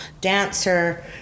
dancer